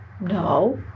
No